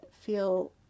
feel